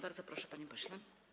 Bardzo proszę, panie pośle.